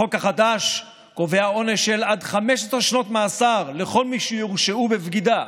החוק החדש קובע עונש של עד 15 שנות מאסר לכל מי שיורשעו בבגידה,